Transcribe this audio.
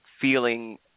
feeling